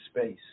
space